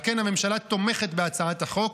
על כן הממשלה תומכת בהצעת החוק,